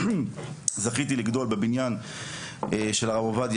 זכיתי לגדול בבניין של הרב עובדיה,